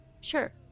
sure